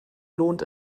lohnt